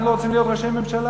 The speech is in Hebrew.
אנחנו לא רוצים להיות ראשי ממשלה.